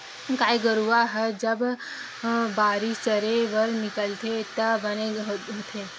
गाय गरूवा ह जब बाहिर चरे बर निकलथे त बने होथे